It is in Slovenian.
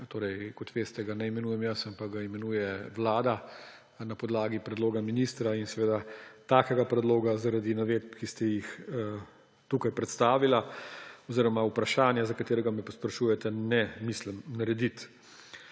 Kot veste, ga ne imenujem jaz, ampak ga imenuje Vlada na podlagi predloga ministra. In seveda takega predloga zaradi navedb, ki ste jih tukaj predstavili, oziroma zaradi vprašanja, za katerega me sprašujete, ne mislim narediti.